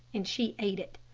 and she ate it.